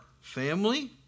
family